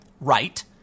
right